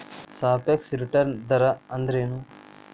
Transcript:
ಸಾಪೇಕ್ಷ ರಿಟರ್ನ್ ದರ ಅಂದ್ರೆನ್